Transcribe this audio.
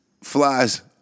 flies